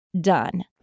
done